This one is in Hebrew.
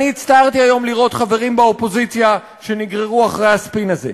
אני הצטערתי היום לראות חברים באופוזיציה שנגררו אחרי הספין הזה.